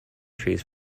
trees